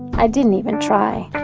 i didn't even try.